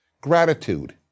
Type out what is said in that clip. gratitude